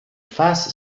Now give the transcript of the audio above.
fast